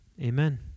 Amen